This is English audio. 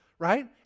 Right